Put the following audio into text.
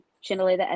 Chandelier